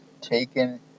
taken